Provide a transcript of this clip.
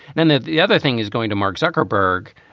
and the the other thing is going to mark zuckerberg.